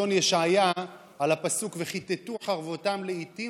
בחזון ישעיה על הפסוק "וכִתתו חרבותם לאִתים